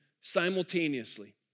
simultaneously